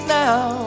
now